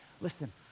listen